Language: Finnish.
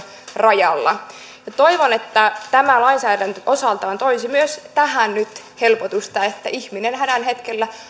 rajalla toivon että tämä lainsäädäntö osaltaan toisi myös tähän nyt helpotusta että ihminen hädän hetkellä